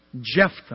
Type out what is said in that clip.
Jephthah